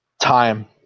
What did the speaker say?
time